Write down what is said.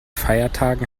feiertagen